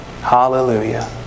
Hallelujah